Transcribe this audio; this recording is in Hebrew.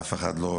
אף אחד אחר לא,